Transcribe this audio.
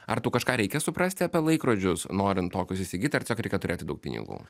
ar tu kažką reikia suprasti apie laikrodžius norint tokius įsigyt ar tiesiog reikia turėti daug pinigų